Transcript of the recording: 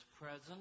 present